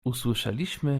usłyszeliśmy